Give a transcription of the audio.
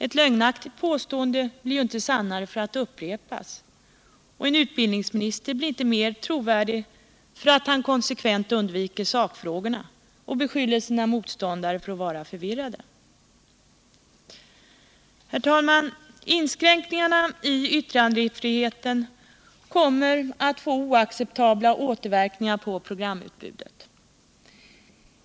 Ett lögnaktigt påstående blir ju inte sannare för att det upprepas, och en utbildningsminister blir inte mer trovärdig för att han konsekvent undviker sakfrågorna och beskyller sina motståndare för att vara förvirrade. Herr talman! Inskränkningarna i yttrandefriheten kommer att få oacceptabla återverkningar på programutbudet.